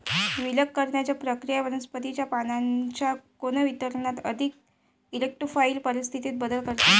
विलग करण्याची प्रक्रिया वनस्पतीच्या पानांच्या कोन वितरणात अधिक इरेक्टोफाइल परिस्थितीत बदल करते